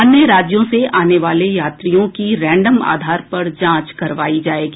अन्य राज्यों से आने वाले यात्रियों की रैंडम आधार पर जांच करवायी जायेगी